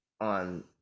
on